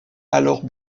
alors